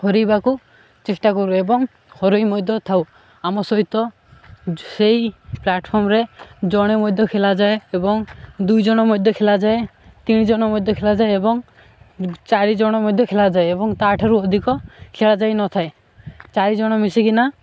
ହରେଇବାକୁ ଚେଷ୍ଟା କରୁ ଏବଂ ହରେଇ ମଧ୍ୟ ଥାଉ ଆମ ସହିତ ସେଇ ପ୍ଲାଟଫର୍ମରେ ଜଣେ ମଧ୍ୟ ଖେଳାଯାଏ ଏବଂ ଦୁଇ ଜଣ ମଧ୍ୟ ଖେଳାଯାଏ ତିନି ଜଣ ମଧ୍ୟ ଖେଳାଯାଏ ଏବଂ ଚାରି ଜଣ ମଧ୍ୟ ଖେଳାଯାଏ ଏବଂ ତା'ଠାରୁ ଅଧିକ ଖେଳାଯାଇ ନଥାଏ ଚାରି ଜଣ ମିଶିକିନା